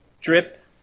drip